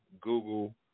Google